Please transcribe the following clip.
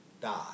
die